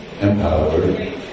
empowered